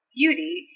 beauty